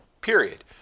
Period